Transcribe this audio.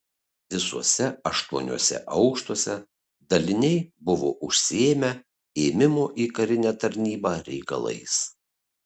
visuose aštuoniuose aukštuose daliniai buvo užsiėmę ėmimo į karinę tarnybą reikalais